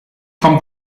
kommt